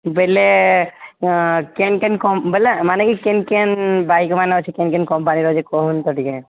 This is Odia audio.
ବେଲେ କେନ୍ କେନ୍ କମ୍ ବେଲେ ମାନେ କେନ୍ କେନ୍ ବାଇକ୍ ମାନେ ଅଛି କେନ୍ କେନ୍ କମ୍ପାନୀର ଯେ କହୁନ୍ ତ ଟିକେ